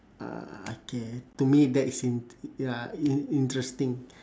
ah okay to me that is int~ ya in~ interesting